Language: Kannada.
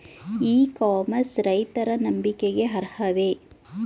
ಇ ಕಾಮರ್ಸ್ ರೈತರ ನಂಬಿಕೆಗೆ ಅರ್ಹವೇ?